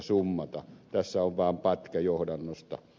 tässä on vain pätkä johdannosta